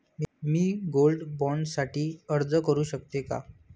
मी gold bond साठी अर्ज करु शकते का?